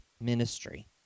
ministry